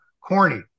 corny